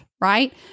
right